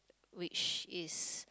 which is